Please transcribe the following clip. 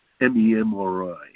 M-E-M-R-I